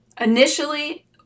initially